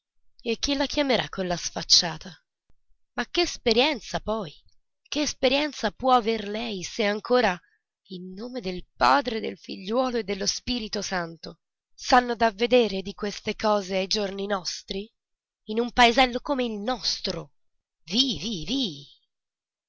e chi la chiamerà quella sfacciata ma che esperienza poi che esperienza può aver lei se ancora in nome del padre del figliuolo e dello spirito santo s'hanno da vedere di queste cose ai giorni nostri in un paesello come il nostro